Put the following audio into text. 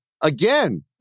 Again